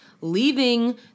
leaving